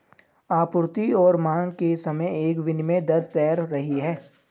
आपूर्ति और मांग के समय एक विनिमय दर तैर रही है